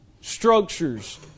structures